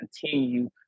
continue